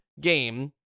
game